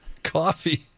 coffee